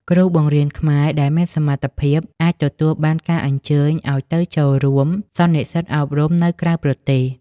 គ្រូបង្រៀនខ្មែរដែលមានសមត្ថភាពអាចទទួលបានការអញ្ជើញឱ្យទៅចូលរួមសន្និសីទអប់រំនៅក្រៅប្រទេស។